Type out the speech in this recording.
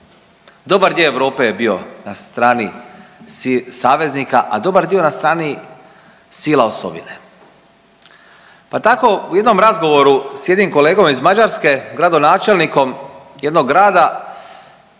dobar dio Europe je bio na strani saveznika, a dobar dio na strani sila osovine. Pa tako u jednom razgovoru s jednim kolegom iz Mađarske, gradonačelnikom jednog grada,